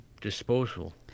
disposal